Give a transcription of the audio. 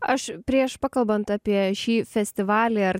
aš prieš pakalbant apie šį festivalį ar